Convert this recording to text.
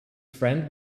friend